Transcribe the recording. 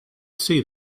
see